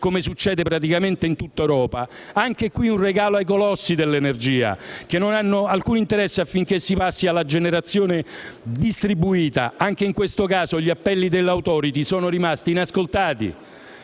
come succede praticamente in tutta Europa. Anche qui un regalo ai colossi dell'energia, che non hanno alcun interesse affinché si passi alla generazione distribuita. Anche in questo caso, gli appelli dell'*Autorithy* sono rimasti inascoltati.